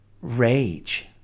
Rage